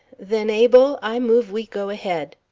then, abel, i move we go ahead.